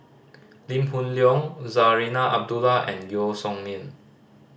Lee Hoon Leong Zarinah Abdullah and Yeo Song Nian